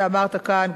אתה אמרת כאן,